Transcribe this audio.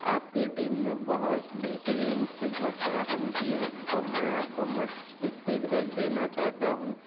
آپ کی ٹیم نے بہت بہترین خدمت فراہم کی ہے اور میں آپ کا متسبت فیڈ بیک دینا چاہتا ہوں